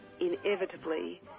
inevitably